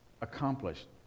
Accomplished